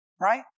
right